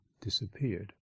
disappeared